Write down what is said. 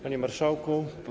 Panie Marszałku!